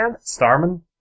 Starman